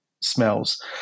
smells